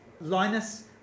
Linus